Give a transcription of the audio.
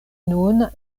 nun